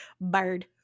bird